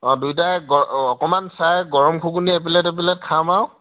অ' দুইটাই গ অকণমান চাই গৰম ঘূগুনি এপেলেট এপেলেট খাম আৰু